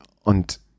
und